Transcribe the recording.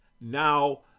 now